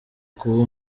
kuba